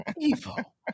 Evil